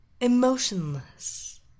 emotionless